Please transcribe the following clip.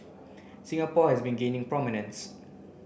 Singapore has been gaining prominences